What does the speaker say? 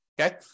okay